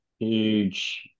huge